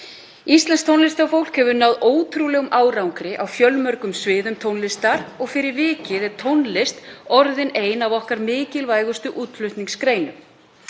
Íslenskt tónlistarfólk hefur náð ótrúlegum árangri á fjölmörgum sviðum tónlistar og fyrir vikið er tónlist orðin ein af okkar mikilvægustu útflutningsgreinum.